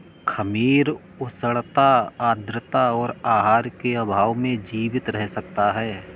खमीर उष्णता आद्रता और आहार के अभाव में जीवित रह सकता है